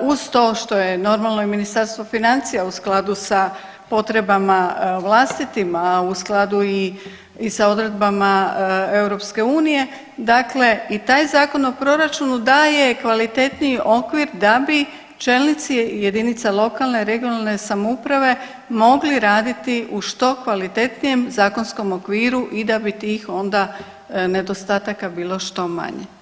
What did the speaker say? uz to što je normalno i Ministarstvo financija u skladu sa potrebama vlastitima, u skladu i, i sa odredbama EU, dakle i taj Zakon o proračunu daje kvalitetniji okvir, da bi čelnici jedinica lokalne i regionalne samouprave mogli raditi u što kvalitetnijem zakonskom okviru i da bi tih onda nedostataka bilo što manje.